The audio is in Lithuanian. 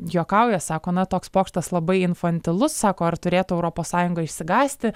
juokauja sako na toks pokštas labai infantilus sako ar turėtų europos sąjungoje išsigąsti